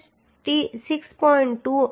2 અને 6